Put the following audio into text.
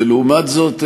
ולעומת זאת,